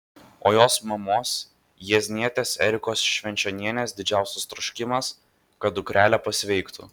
o jos mamos jieznietės erikos švenčionienės didžiausias troškimas kad dukrelė pasveiktų